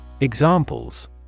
Examples